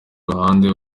ruhande